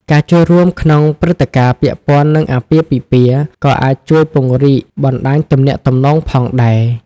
ការចូលរួមក្នុងព្រឹត្តិការណ៍ពាក់ព័ន្ធនឹងអាពាហ៍ពិពាហ៍ក៏អាចជួយពង្រីកបណ្តាញទំនាក់ទំនងផងដែរ។